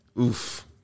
oof